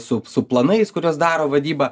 su su planais kuriuos daro vadyba